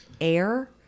air